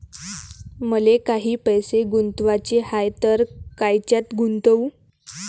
मले काही पैसे गुंतवाचे हाय तर कायच्यात गुंतवू?